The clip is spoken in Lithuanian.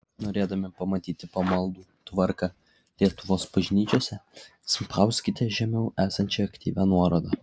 norėdami pamatyti pamaldų tvarką lietuvos bažnyčiose spauskite žemiau esančią aktyvią nuorodą